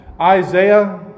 Isaiah